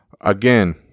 again